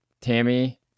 Tammy